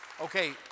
okay